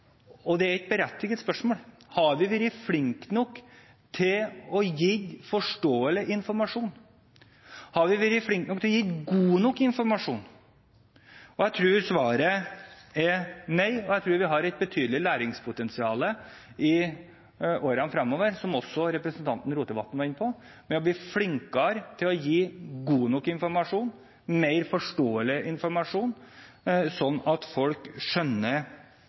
og det er et berettiget spørsmål: Har vi vært flinke nok til å gi forståelig informasjon? Har vi vært flinke nok til å gi god nok informasjon? Jeg tror at svaret er nei, og jeg tror at vi har et betydelig læringspotensial i årene fremover, som også representanten Rotevatn var inne på, til å bli flinkere til å gi god nok informasjon, mer forståelig informasjon, slik at folk skjønner